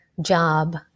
job